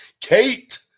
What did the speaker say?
Kate